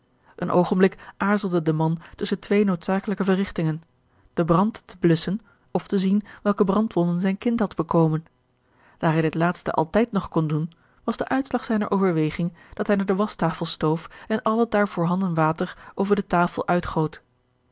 een oogenblik aarzelde de man tusschen twee noodzakelijke verrigtingen den brand te blusschen of te zien welke brandwonden zijn kind had bekomen daar hij dit laatste altijd nog kon doen was de uitslag zijner overweging dat hij naar de waschtafel stoof en al het daar voorhanden water over de tafel